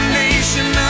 nation